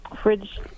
fridge